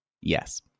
Yes